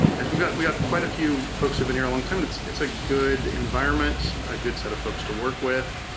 we've got we've got quite a few folks who've been here a long time. it's it's a good environment, a good set of folks to work with.